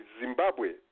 Zimbabwe